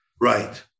Right